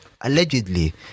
Allegedly